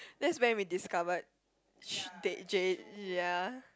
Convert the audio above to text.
that's when we discovered sh~ they Jay ya